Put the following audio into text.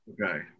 Okay